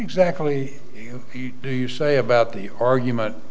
exactly do you say about the argument